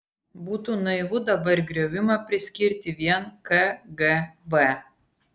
būtų naivu dabar griovimą priskirti vien kgb